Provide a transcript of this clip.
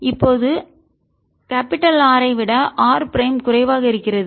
இப்போது R ஐ விட r பிரைம் குறைவாக ஆக இருக்கிறது